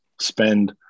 spend